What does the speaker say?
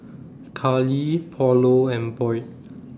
Carly Paulo and Boyd